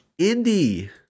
Indie